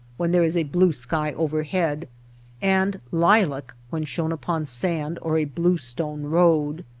when there is a blue sky overhead and lilac when shown upon sand or a blue stone road.